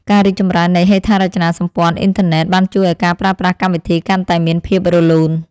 ការរីកចម្រើននៃហេដ្ឋារចនាសម្ព័ន្ធអ៊ិនធឺណិតបានជួយឱ្យការប្រើប្រាស់កម្មវិធីកាន់តែមានភាពរលូន។